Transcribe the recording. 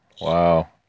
Wow